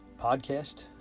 podcast